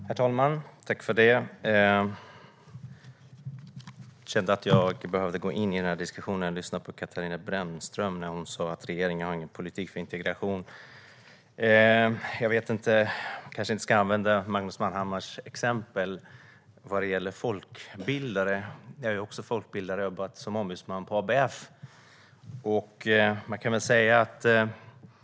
Herr talman! Jag kände att jag behövde gå in i denna diskussion efter att ha hört Katarina Brännström säga att regeringen inte har någon politik för integration. Jag kanske inte ska använda Magnus Manhammars exempel vad gäller folkbildare - jag är själv folkbildare och har jobbat som ombudsman på ABF.